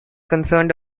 concerned